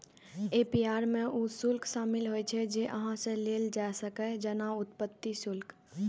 APR मे ऊ शुल्क शामिल होइ छै, जे अहां सं लेल जा सकैए, जेना उत्पत्ति शुल्क